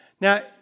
Now